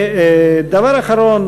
דבר אחרון,